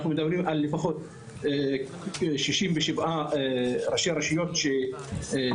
אנחנו מדברים על לפחות 67 ראשי רשויות שלדעתי,